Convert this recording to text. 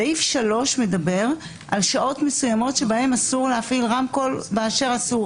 סעיף 3 מדבר על שעות מסוימות שבהן אסור להפעיל רמקול בכלל.